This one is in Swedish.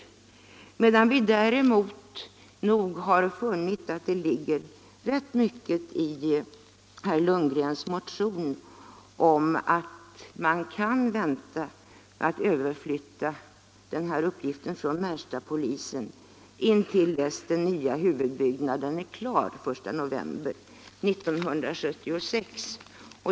Däremot har vi nog funnit att det ligger rätt mycket i herr Lundgrens motion om att man kan vänta med att överflytta den här uppgiften från Märsta till Stockholms polisdistrikt intill dess den nya stationsbyggnaden vid Arlanda är klar den 1 november 1976.